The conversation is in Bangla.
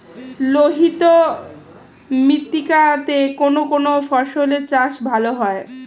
লোহিত মৃত্তিকা তে কোন কোন ফসলের চাষ ভালো হয়?